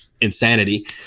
insanity